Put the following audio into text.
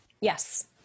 Yes